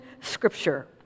scripture